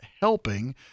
helping